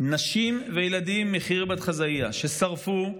נשים וילדים מח'ירבת אח'זאעה, ששרפו,